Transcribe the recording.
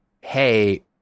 Hey